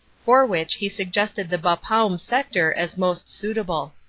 for which he suggested the bapaume sector as most suitable.